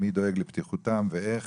מי דואג לבטיחותם ואיך,